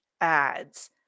ads